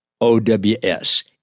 O-W-S